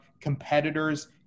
Competitors